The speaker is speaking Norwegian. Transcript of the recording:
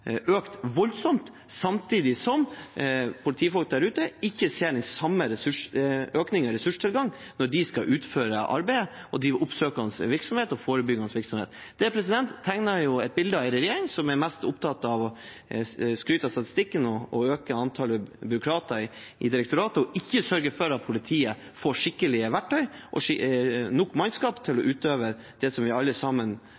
økt voldsomt, samtidig som politifolk der ute ikke ser den samme økningen i ressurstilgang når de skal utføre arbeidet og drive oppsøkende og forebyggende virksomhet. Det tegner et bilde av en regjering som er mest opptatt av å skryte av statistikken og øke antallet byråkrater i direktoratet, og ikke sørge for at politiet får skikkelige verktøy og nok mannskap til